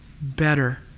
better